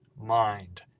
mind